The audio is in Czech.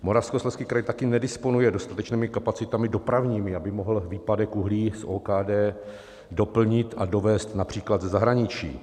Moravskoslezský kraj taky nedisponuje dostatečnými kapacitami dopravními, aby mohl výpadek uhlí z OKD doplnit a dovézt například ze zahraničí.